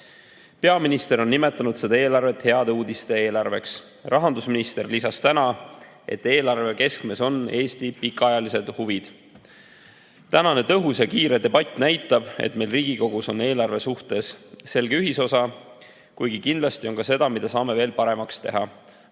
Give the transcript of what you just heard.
Peaminister on nimetanud seda eelarvet heade uudiste eelarveks. Rahandusminister lisas täna, et eelarve keskmes on Eesti pikaajalised huvid. Tänane tõhus ja kiire debatt näitab, et meil Riigikogus on eelarve suhtes selge ühisosa, kuid kindlasti on ka seda, mida saame veel paremaks teha.2022.